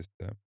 system